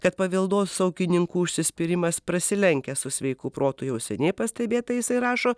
kad paveldosaugininkų užsispyrimas prasilenkia su sveiku protu jau seniai pastebėta jisai rašo